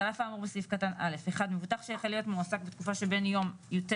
על האף האמור בס"ק א.1 מבוטח שיחל להיות מועסק בתקופה שבין יום י"ט